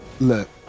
Look